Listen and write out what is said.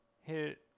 hit